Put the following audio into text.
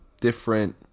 different